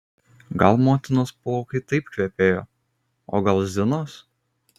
gal motinos plaukai taip kvepėjo o gal zinos